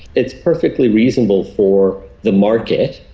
it's perfectly reasonable for the market,